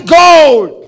gold